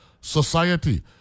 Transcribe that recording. society